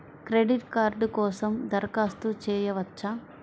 Credit card కోసం దరఖాస్తు చేయవచ్చా?